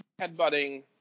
Headbutting